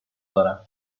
دارم